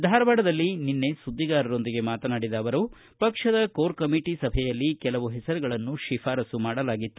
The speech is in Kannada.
ಧಾರವಾಡದಲ್ಲಿ ನಿನ್ನೆ ಸುದ್ದಿಗಾರರೊಂದಿಗೆ ಮಾತನಾಡಿದ ಅವರು ಪಕ್ಷದ ಕೋರ್ ಕಮೀಟ ಸಭೆಯಲ್ಲಿ ಕೆಲವು ಹೆಸರುಗಳನ್ನು ಶಿಫಾರಸ್ಲು ಮಾಡಲಾಗಿತ್ತು